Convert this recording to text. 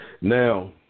Now